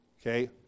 Okay